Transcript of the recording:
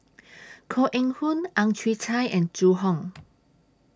Koh Eng Hoon Ang Chwee Chai and Zhu Hong